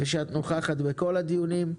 ועל כך שאת נוכחת בכל הדיונים.